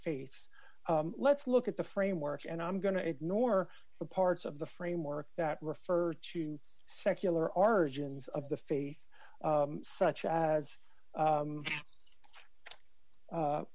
faiths let's look at the framework and i'm going to ignore the parts of the framework that refer to secular origins of the faith such as